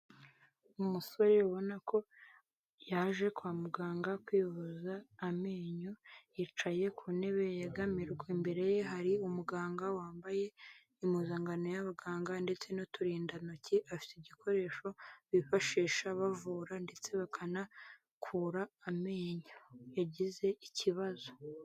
Umusore ubona ko yaje kwa muganga kwivuza amenyo yicaye ku ntebe yegamijwe, imbere ye hari umuganga wambaye impuzankano y'abaganga ndetse n'uturindantoki afite igikoresho bifashisha bavura ndetse bakanakura amenyo yagize ikibazo.